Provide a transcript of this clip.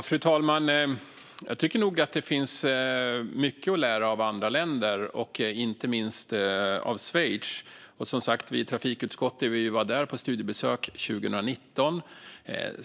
Fru talman! Jag tycker nog att det finns mycket att lära av andra länder, inte minst av Schweiz. Vi i trafikutskottet var ju där på studiebesök 2019.